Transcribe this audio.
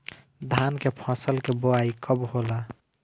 धान के फ़सल के बोआई कब होला?